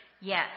Yes